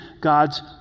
God's